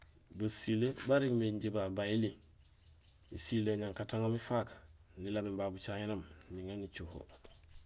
Basilé ba régmé injé babé bayili, isiil éñankataŋoom ifaak nilabéén babu bucaŋénoom niŋaar nicoho